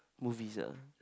movies ah